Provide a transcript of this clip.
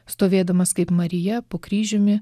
stovėdamas kaip marija po kryžiumi